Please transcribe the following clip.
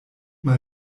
mal